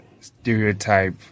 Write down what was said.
stereotype